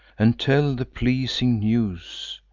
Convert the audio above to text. and tell the pleasing news.